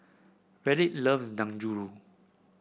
Reid loves Dangojiru